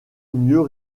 mieux